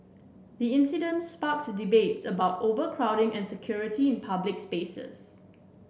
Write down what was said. the incident sparked debates about overcrowding and security in public spaces